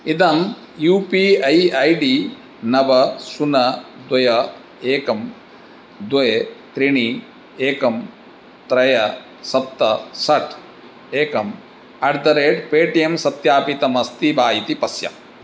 इदं U P I I D नव शून्यं द्वे एकं द्वे त्रीणि एकं त्रीणि सप्त षट् एकम् अट् द रेट् पेटियं सत्यापितमस्ति वा इति पश्य